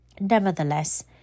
Nevertheless